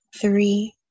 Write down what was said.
three